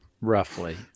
Roughly